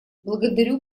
благодарю